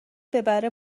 ببره